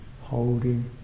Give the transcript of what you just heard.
holding